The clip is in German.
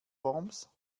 worms